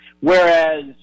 Whereas